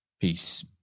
Peace